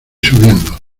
subiendo